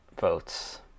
votes